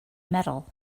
metal